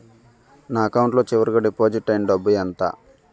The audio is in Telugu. నా అకౌంట్ లో చివరిగా డిపాజిట్ ఐనా డబ్బు ఎంత?